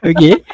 Okay